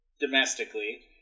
Domestically